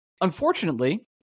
Unfortunately